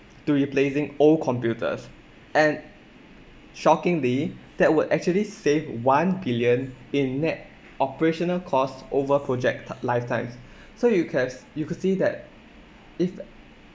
to replacing old computers and shockingly that will actually save one billion in net operational costs over project t~ lifetime so you cas~ you could see that if